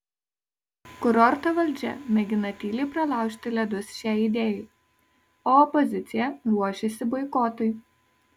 kurorto valdžia mėgina tyliai pralaužti ledus šiai idėjai o opozicija ruošiasi boikotui